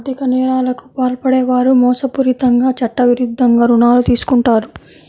ఆర్ధిక నేరాలకు పాల్పడే వారు మోసపూరితంగా చట్టవిరుద్ధంగా రుణాలు తీసుకుంటారు